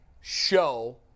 show